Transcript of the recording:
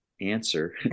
answer